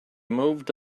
moved